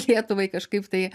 lietuvai kažkaip tai